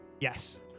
yes